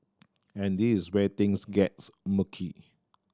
and this is where things gets murky